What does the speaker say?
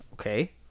Okay